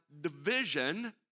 division